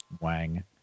wang